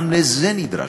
גם לזה נדרשתי.